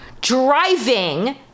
driving